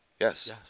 Yes